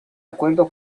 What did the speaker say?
acuerdo